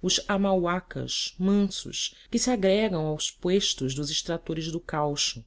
os amauacas mansos que se agregam aos puestos dos extratores do caucho